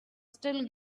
still